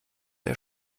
der